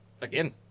Again